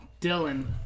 Dylan